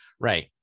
Right